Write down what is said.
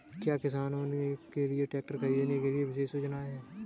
क्या किसानों के लिए ट्रैक्टर खरीदने के लिए विशेष योजनाएं हैं?